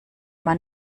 man